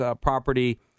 property